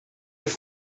your